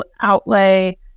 outlay